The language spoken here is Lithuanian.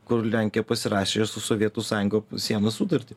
kur lenkija pasirašė su sovietų sąjunga sienų sutartį